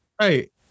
Right